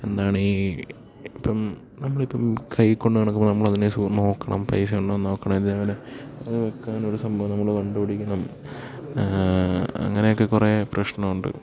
എന്താണ് ഈ ഇപ്പം നമ്മളിപ്പം കയ്യില് കൊണ്ടുനടക്കുമ്പോള് നമ്മളതിനെ നോക്കണം പൈസ ഉണ്ടോയെന്ന് നോക്കണം അതേപോലെ അത് വെയ്ക്കാനൊരു സംഭവം നമ്മള് കണ്ടുപിടിക്കണം അങ്ങനെയൊക്കെ കുറെ പ്രശ്നമുണ്ട്